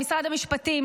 למשרד המשפטים,